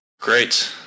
Great